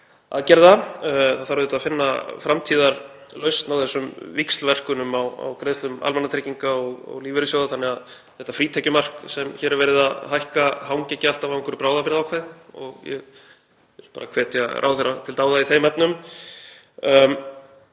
aðgerða. Auðvitað þarf að finna framtíðarlausn á þessum víxlverkunum á greiðslum almannatrygginga og lífeyrissjóða þannig að þetta frítekjumark sem hér er verið að hækka hangi ekki alltaf á einhverju bráðabirgðaákvæði. Ég vil hvetja ráðherra til dáða í þeim efnum.